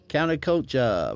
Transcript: Counterculture